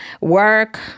work